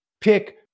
pick